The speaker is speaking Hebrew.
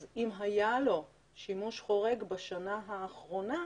אם היה לו שימוש חורג בשנה האחרונה,